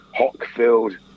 Hockfield